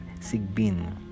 Sigbin